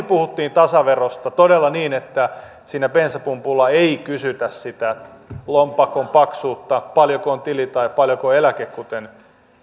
puhuttiin tasaverosta todella niin että siinä bensapumpulla ei kysytä sitä lompakon paksuutta paljonko on tili tai paljonko on eläke kuten